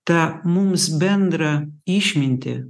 tą mums bendrą išmintį